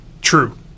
True